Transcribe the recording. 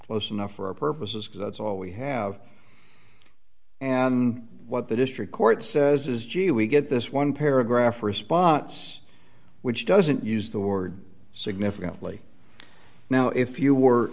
close enough for our purposes because that's all we have and what the district court says is gee we get this one paragraph response which doesn't use the word significantly now if you were